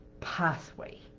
pathway